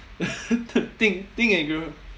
think think and grow